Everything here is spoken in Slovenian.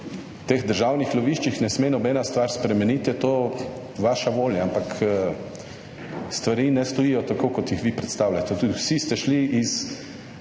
v teh državnih loviščih ne sme nobena stvar spremeniti je to vaša volja, ampak stvari ne stojijo tako kot jih vi predstavljate. Tudi vsi ste šli iz